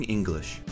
English